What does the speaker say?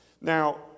Now